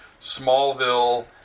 Smallville